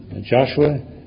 Joshua